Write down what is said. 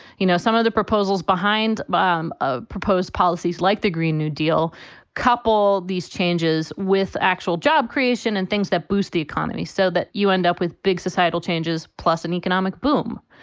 you know, some of the proposals behind um of proposed policies like the green new deal couple these changes with actual job creation and things that boost the economy so that you end up with big societal changes, plus an economic boom.